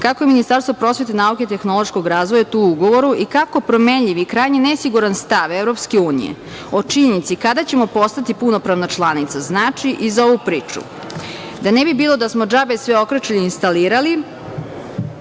kako je Ministarstvo prosvete, nauke i tehnološkog razvoja tu u ugovoru i kako promenljiv i krajnje nesiguran stav EU o činjenici kada ćemo postati punopravna članica znači i za ovu priču? Da ne bi bilo da smo džabe sve okrečili i instalirali,